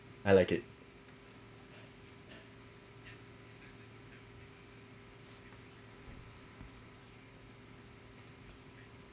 I like it